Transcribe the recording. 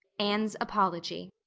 anne's apology